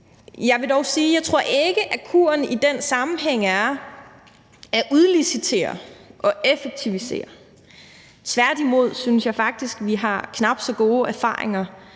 Jeg vil dog sige, at jeg ikke tror, at kuren i den sammenhæng er at udlicitere og effektivisere. Tværtimod synes jeg faktisk, at vi har knap så gode erfaringer